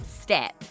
step